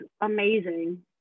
amazing